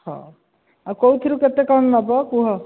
ହଉ ଆଉ କେଉଁଥିରୁ କେତେ କ'ଣ ନେବ କୁହ